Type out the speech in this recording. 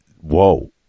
whoa